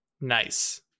Nice